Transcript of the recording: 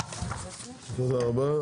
תודה רבה.